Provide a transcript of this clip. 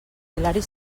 hilari